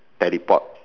teleport